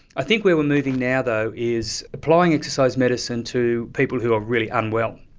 i think where we are moving now though is applying exercise medicine to people who are really unwell,